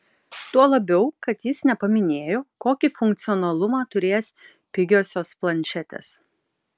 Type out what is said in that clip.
tuo labiau kad jis nepaminėjo kokį funkcionalumą turės pigiosios planšetės